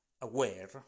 aware